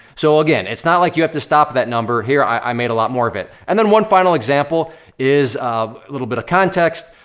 so again, it's not like you have to stop that number. here i made a lot more of it. and then one final example is a little bit of context,